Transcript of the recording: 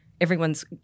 everyone's